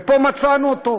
ופה מצאנו אותו,